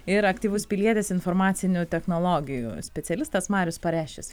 ir aktyvus pilietis informacinių technologijų specialistas marius pareščius